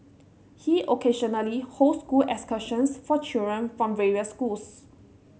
he occasionally hosts school excursions for children from various schools